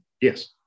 Yes